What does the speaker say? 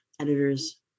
editors